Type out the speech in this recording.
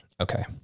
okay